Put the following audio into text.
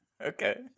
Okay